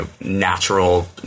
natural